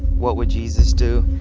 what would jesus do